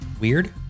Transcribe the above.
weird